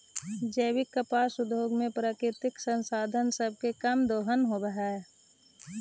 जैविक कपास उद्योग में प्राकृतिक संसाधन सब के कम दोहन होब हई